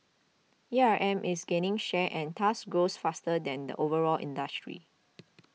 A R M is gaining share and thus grows faster than the overall industry